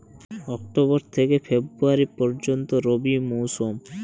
October থেকে ফেব্রুয়ারি পর্যন্ত রবি মৌসুম